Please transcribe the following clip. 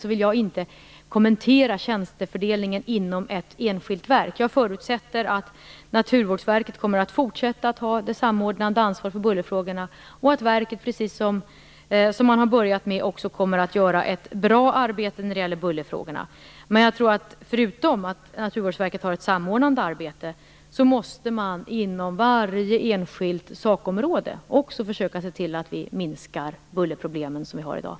Jag vill inte kommentera tjänstefördelningen inom ett enskilt verk. Jag förutsätter att Naturvårdsverket kommer att fortsätta att ta det samordnande ansvaret för bullerfrågorna, och att man på verket precis som man nu har börjat med också kommer att göra ett bra arbete när det gäller dessa frågor. Men förutom att Naturvårdsverket har ett samordnande arbete, måste man inom varje enskilt sakområde också försöka se till att vi minskar de bullerproblem som vi har i dag.